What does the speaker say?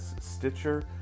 Stitcher